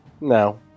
No